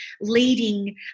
leading